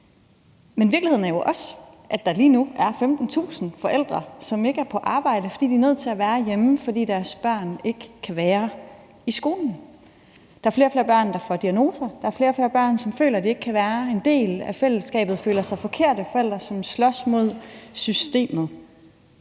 Men virkeligheden er jo også, at der lige nu er 15.000 forældre, som ikke er på arbejde, fordi de er nødt til at være hjemme, fordi deres børn ikke kan være i skolen. Der er flere og flere børn, der får diagnoser, og der er flere og flere børn, som føler, at de ikke kan være en del af fællesskabet og føler sig forkerte. Der er forældre, som slås mod systemet.